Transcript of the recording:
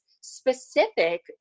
specific